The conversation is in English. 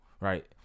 right